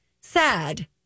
sad